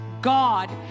god